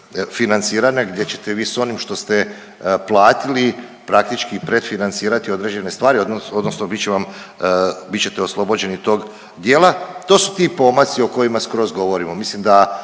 financiranja gdje ćete vi s onim što ste platili praktički predfinancirati određene stvari odnosno, odnosno bit će vam, bit ćete oslobođeni tog dijela. To su ti pomaci o kojima skroz govorimo. Mislim da